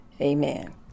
Amen